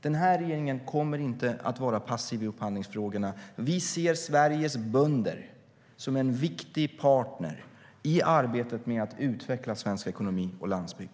Den här regeringen kommer inte att vara passiv i upphandlingsfrågorna. Vi ser Sveriges bönder som en viktig partner i arbetet med att utveckla svensk ekonomi och landsbygd.